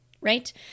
right